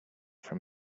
from